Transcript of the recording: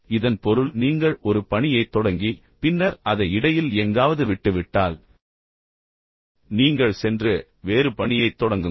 இதன் பொருள் நீங்கள் ஒரு பணியைத் தொடங்கி பின்னர் அதை இடையில் எங்காவது விட்டுவிட்டால் நீங்கள் சென்று வேறு பணியைத் தொடங்குங்கள்